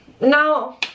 Now